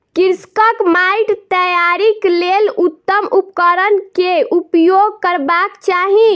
कृषकक माइट तैयारीक लेल उत्तम उपकरण केउपयोग करबाक चाही